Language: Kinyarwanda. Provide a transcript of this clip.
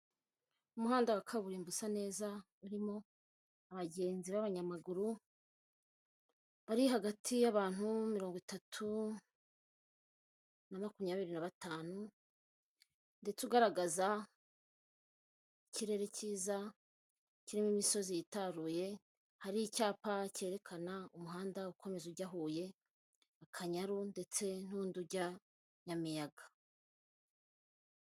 Umuhanda wa kaburimbo usa neza, urimo abagenzi b'abanyamaguru, bari hagati y'abantu mirongo itatu na makumyabiri na batanu ndetse ugaragaza ikirere cyiza, kirimo imisozi yitaruye, hari icyapa cyerekana umuhanda ukomeza ujya Huye, Akanyaru ndetse n'undi ujya Nyamiyaga.